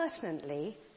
personally